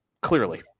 clearly